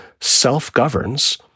self-governs